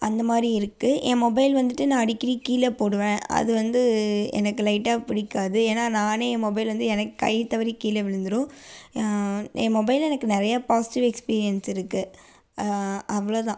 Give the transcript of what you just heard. அந்த மாதிரி இருக்குது என் மொபைல் வந்துட்டு நான் அடிக்கடி கீழே போடுவேன் அது வந்து எனக்கு லைட்டா பிடிக்காது ஏன்னால் நானே என் மொபைல் வந்து எனக்கு கை தவறி கீழே விழுந்தடும் என் மொபைல் எனக்கு நிறையா பாசிட்டிவ் எக்ஸ்பீரியன்ஸ் இருக்குது அவ்வளோ தான்